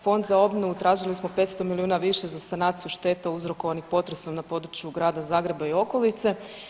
Fond za obnovu tražili smo 500 milijuna više za sanaciju šteta uzrokovanih potresom na području Grada Zagreba i okolice.